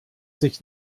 sich